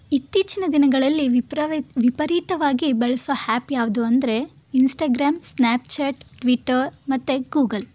ಇತ್ತೀಚಿನ ದಿನಗಳಲ್ಲಿ ವಿಪ್ರವೇತ್ ವಿಪರೀತವಾಗಿ ಬಳಸೋ ಹ್ಯಾಪ್ ಯಾವುದು ಅಂದರೆ ಇನ್ಸ್ಟಾಗ್ರಾಮ್ ಸ್ನ್ಯಾಪ್ಚ್ಯಾಟ್ ಟ್ವಿಟ್ಟರ್ ಮತ್ತು ಗೂಗಲ್